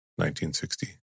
1960